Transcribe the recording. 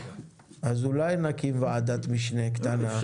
אז אולי נקים ועדת משנה קטנה?